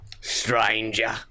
stranger